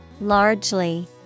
Largely